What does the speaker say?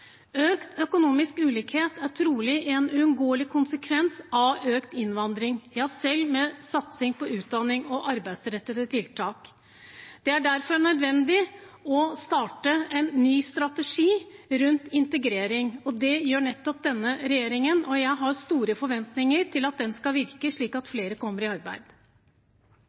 økt flyktninginnvandring, selv med satsing på utdanning og arbeidsrettede tiltak.» Det er derfor nødvendig å starte en ny integreringsstrategi, og det gjør denne regjeringen. Jeg har store forventninger til at den skal virke, slik at flere kommer i arbeid.